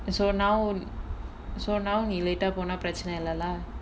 so now so now நீ:nee late ah போனா பிரச்சன இல்ல:ponaa pirachana illa lah